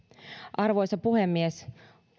arvoisa puhemies